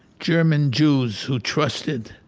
german jews who trusted,